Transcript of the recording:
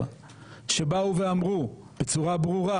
שבאו ואמרו בצורה ברורה,